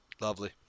Lovely